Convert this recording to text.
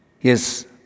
Yes